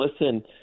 Listen